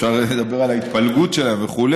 אפשר לדבר על ההתפלגות שלהן וכו',